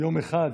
יום אחד.